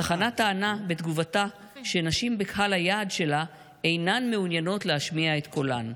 התחנה טענה בתגובתה שנשים בקהל היעד שלה אינן מעוניינות להשמיע את קולן.